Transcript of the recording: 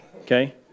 okay